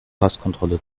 passkontrolle